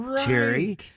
Terry